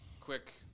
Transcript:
quick